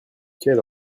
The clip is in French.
quelle